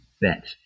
bet